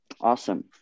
Awesome